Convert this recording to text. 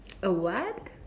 a what